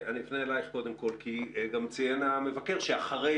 אני קודם כל אפנה אליך כי גם ציין המבקר שאחרי